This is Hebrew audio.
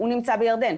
הוא נמצא בירדן.